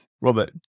Robert